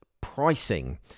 pricing